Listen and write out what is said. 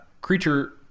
creature